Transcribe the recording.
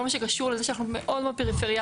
כל מה שקשור לזה שאנחנו מאוד מאוד פריפריאליים.